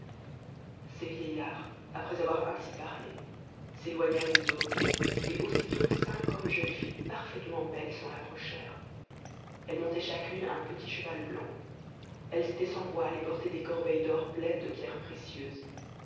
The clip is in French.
ces vieillards après avoir ainsi parlé s'é oignërent du dôme et aussitôt cinquante jeunes filles parfaitement belles s'en approchèrent elles montaient chacune un petit cheval blanc elles étaient sans voiles et portaient des corbeilles d'or pleines de pierres précieuses